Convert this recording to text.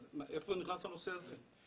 אז איפה נכנס הנושא הזה?